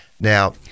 Now